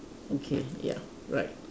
okay ya right